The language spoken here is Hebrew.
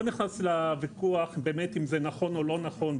לא נכנס לוויכוח באמת אם זה נכון או לא נכון,